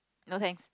no thanks